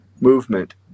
movement